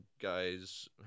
guys